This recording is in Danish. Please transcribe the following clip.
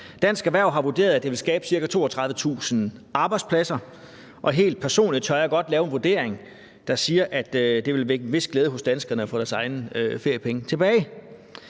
Dansk Erhverv har vurderet, at det vil skabe ca. 32.000 arbejdspladser, og helt personligt tør jeg godt lave en vurdering, der siger, at det ville vække en vis glæde hos danskerne at få deres egne feriepenge tilbage.